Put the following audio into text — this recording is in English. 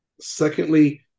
Secondly